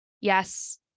yes